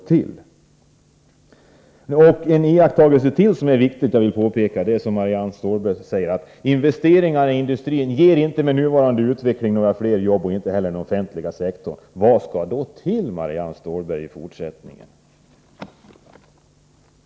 Ytterligare en viktig fråga som jag vill ta upp gäller Marianne Stålbergs helt riktiga påpekande att investeringarna i industrin inte med nuvarande utveckling ger några fler jobb och att motsvarande gäller inom den offentliga sektorn. Vilka åtgärder skall då vidtas i fortsättningen, Marianne Stålberg?